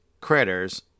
Critters